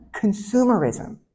consumerism